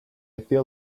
feel